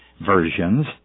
versions